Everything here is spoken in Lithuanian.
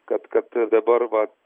kad kad dabar vat